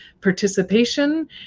participation